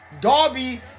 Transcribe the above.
Darby